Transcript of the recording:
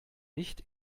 nicht